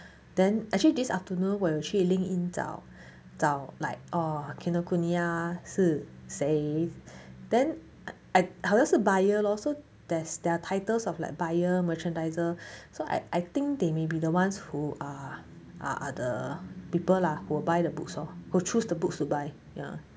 then actually this afternoon 我有去 LinkedIn 找找 like oh kinokuniya 是谁 then 好像是 buyer lor so there's their titles of like buyer merchandiser so I I think they may be the ones who are are are the people who'll buy the books lor who choose the books to buy ya